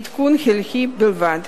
עדכון חלקי בלבד.